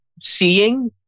seeing